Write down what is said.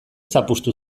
zapuztu